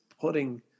putting